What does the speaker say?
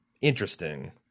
interesting